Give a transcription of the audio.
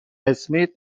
اسمیت